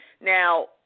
Now –